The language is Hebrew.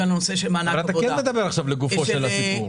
על הנושא של מענק עבודה --- אתה כן מדבר לגופו של הסיפור.